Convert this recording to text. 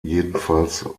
jedenfalls